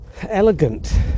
elegant